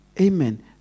Amen